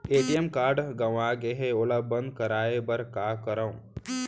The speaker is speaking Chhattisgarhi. ए.टी.एम कारड गंवा गे है ओला बंद कराये बर का करंव?